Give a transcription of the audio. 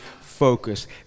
focus